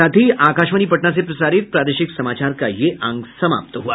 इसके साथ ही आकाशवाणी पटना से प्रसारित प्रादेशिक समाचार का ये अंक समाप्त हुआ